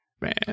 Man